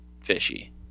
fishy